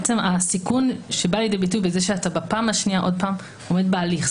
הסיכון שבא לידי ביטוי שאתה בפעם השנייה עוד פעם עומד בהליך.